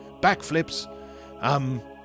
Backflips